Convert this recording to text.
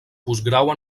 postgrau